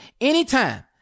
anytime